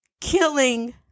killing